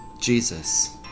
Jesus